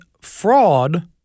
fraud